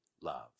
love